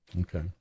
okay